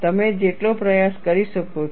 તમે જેટલો પ્રયાસ કરી શકો છો